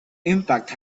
impact